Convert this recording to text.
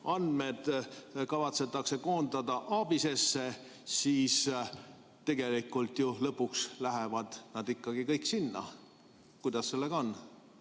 andmed kavatsetakse koondada ABIS-esse, siis tegelikult ju lõpuks lähevad nad kõik sinna. Kuidas sellega on?